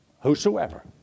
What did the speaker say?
whosoever